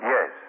Yes